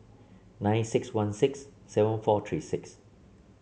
nine six one six seven four three six